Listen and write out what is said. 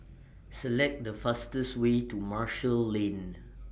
Select The fastest Way to Marshall Lane